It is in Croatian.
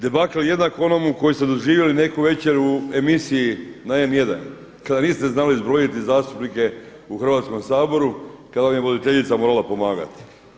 Debakl jednak onomu koji ste doživjeli neku večer u emisiji na N1 kada niste znali izbrojiti zastupnike u Hrvatskom saboru kada vam je voditeljica morala pomagati.